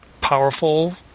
powerful